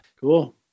cool